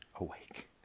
awake